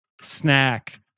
snack